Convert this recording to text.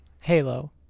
Halo